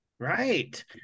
Right